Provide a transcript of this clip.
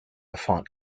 font